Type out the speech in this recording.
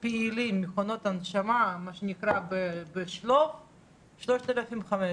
מכונות הנשמה פעילות, מה שנקרא בשלוף, 3,500,